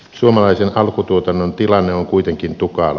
suomalaisen alkutuotannon tilanne on kuitenkin tukala